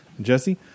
Jesse